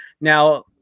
Now